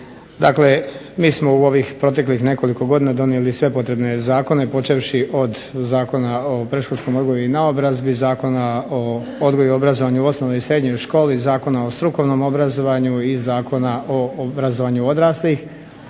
Dakle mi smo u ovih proteklih nekoliko godina donijeli sve potrebne zakone, počevši od Zakona o predškolskom odgoju i naobrazbi, Zakona o odgoju i obrazovanju u osnovnoj i srednjoj školi, Zakona o strukovnom obrazovanju i Zakona o obrazovanju odraslih,